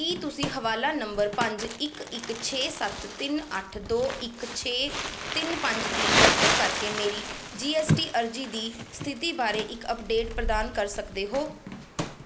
ਕੀ ਤੁਸੀਂ ਹਵਾਲਾ ਨੰਬਰ ਪੰਜ ਇੱਕ ਇੱਕ ਛੇ ਸੱਤ ਤਿੰਨ ਅੱਠ ਦੋ ਇੱਕ ਛੇ ਤਿੰਨ ਪੰਜ ਦੀ ਵਰਤੋਂ ਕਰਕੇ ਮੇਰੀ ਜੀ ਐੱਸ ਟੀ ਅਰਜ਼ੀ ਦੀ ਸਥਿਤੀ ਬਾਰੇ ਇੱਕ ਅਪਡੇਟ ਪ੍ਰਦਾਨ ਕਰ ਸਕਦੇ ਹੋ